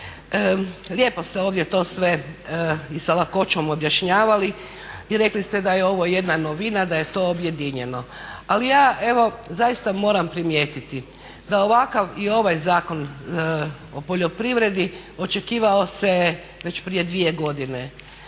lijepo ste ovdje to sve i sa lakoćom objašnjavali i rekli ste da je ovo jedna novina da je to objedinjeno. Ali ja evo zaista moram primijetiti da ovakav i ovaj Zakon o poljoprivredi očekivao se već prije dvije godine.